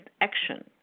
action